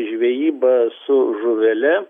žvejyba su žuvele